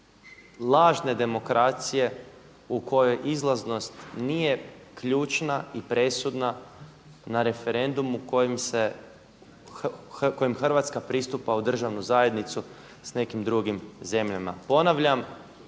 lažne demokracije u kojoj izlaznost nije ključna i presudna na referendumu kojem Hrvatska pristupa u državnu zajednicu s nekim drugim zemljama. Ponavljam,